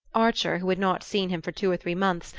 archer, who had not seen him for two or three months,